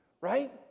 right